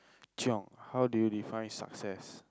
Chiong how do you define success